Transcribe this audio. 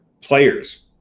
players